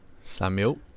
Samuel